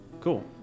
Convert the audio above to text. cool